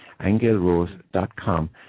angelrose.com